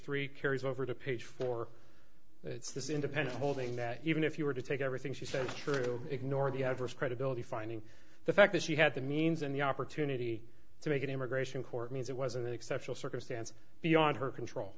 three carries over to page four it's this independent holding that even if you were to take everything she says is true ignored you have first credibility finding the fact that she had the means and the opportunity to make an immigration court means it was an exceptional circumstance beyond her control